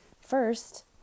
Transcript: First